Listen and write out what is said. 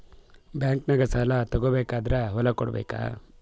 ಬ್ಯಾಂಕ್ನಾಗ ಸಾಲ ತಗೋ ಬೇಕಾದ್ರ್ ಹೊಲ ಕೊಡಬೇಕಾ?